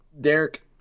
Derek